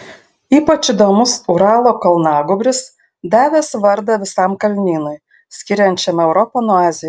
ypač įdomus uralo kalnagūbris davęs vardą visam kalnynui skiriančiam europą nuo azijos